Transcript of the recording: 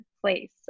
place